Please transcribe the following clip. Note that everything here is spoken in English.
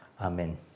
amen